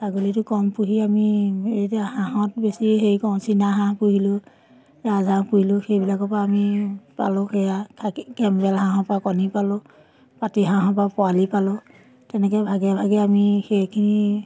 ছাগলীটো কম পুহি আমি এতিয়া হাঁহত বেছি হেৰি কৰোঁ চীনা হাঁহ পুহিলোঁ ৰাজহাঁহ পুহিলোঁ সেইবিলাকৰ পৰা আমি পালোঁ সেয়া খাকী কেম্বেল হাঁহৰ পৰা কণী পালোঁ পাতি হাঁহৰ পৰা পোৱালি পালোঁ তেনেকৈ ভাগে ভাগে আমি সেইখিনি